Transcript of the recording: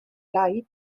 lai